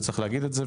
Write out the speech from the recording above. וצריך להגיד את זה.